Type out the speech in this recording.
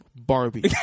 Barbie